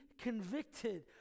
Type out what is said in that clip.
convicted